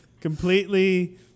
Completely